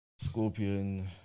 scorpion